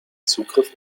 zugriff